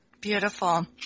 Beautiful